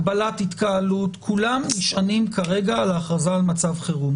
הגבלת התקהלות כולם נשענים כרגע על ההכרזה על מצב חירום.